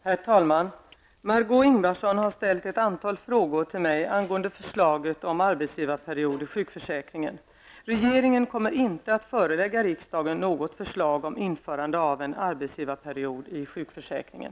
Herr talman! Margó Ingvardsson har ställt ett antal frågor till mig angående förslaget om arbetsgivarperiod i sjukförsäkringen. Regeringen kommer inte att förelägga riksdagen något förslag om införande av en arbetsgivarperiod i sjukförsäkringen.